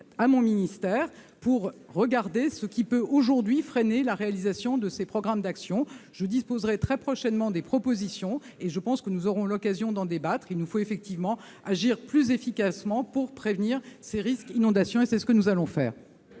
à mon ministère pour regarder ce qui peut aujourd'hui freiner la réalisation de ces programmes d'actions. Je disposerai très prochainement des propositions et je pense que nous aurons l'occasion d'en débattre. Il nous faut effectivement agir plus efficacement pour prévenir ces risques d'inondation, et c'est ce que nous allons faire.